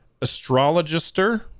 Astrologister